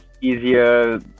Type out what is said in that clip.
Easier